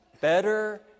better